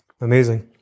Amazing